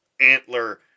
antler